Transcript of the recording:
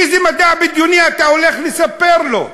איזה מדע בדיוני אתה הולך לספר לו?